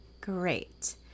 Great